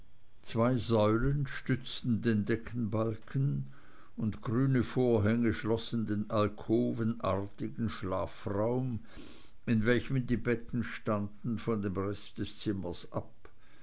zwei säulen stützten den deckenbalken und grüne vorhänge schlossen den alkovenartigen schlafraum in welchem die betten standen von dem rest des zimmers ab